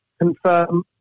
confirm